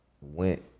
went